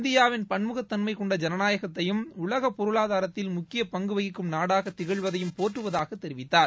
இந்தியாவின் பன்முகத்தன்மை கொண்ட ஜனநாயகத்தையும் உலக பொருளாதாரத்தில் முக்கிய பங்கு வகிக்கும் நாடாக திகழ்வதையும் போற்றுவதாக தெரிவித்தார்